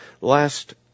Last